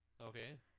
Okay